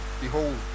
behold